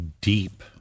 deep